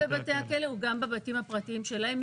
גם בבתי הכלא וגם בבתים הפרטיים שלהם,